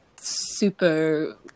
super